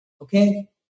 okay